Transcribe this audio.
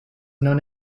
known